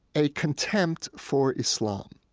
a contempt for islam.